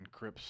encrypts